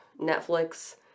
Netflix